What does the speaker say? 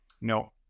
No